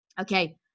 Okay